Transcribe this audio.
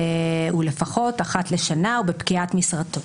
ולפחות אחת לשנה ובפקיעת משרתו".